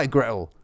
Gretel